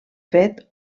fet